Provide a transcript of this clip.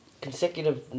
Consecutive